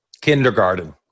kindergarten